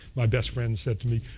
my best friend said to me,